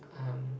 um